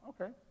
Okay